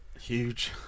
Huge